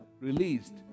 released